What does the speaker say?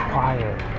Quiet